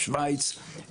שווייץ,